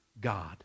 God